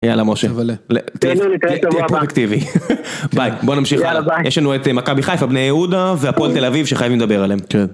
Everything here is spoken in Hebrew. יאללה משה תבלה.. תהנו, נתראה שבוע הבא. תהיה פרודוקטיבי, ביי. בוא נמשיך יש לנו את מכבי חיפה, בני יהודה והפועל תל אביב שחייבים לדבר עליהם. כן